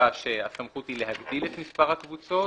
שהסמכות היא להגדיל את מספר הקבוצות.